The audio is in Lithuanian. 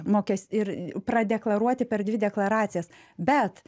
mokės ir pradeklaruoti per dvi deklaracijas bet